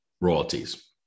royalties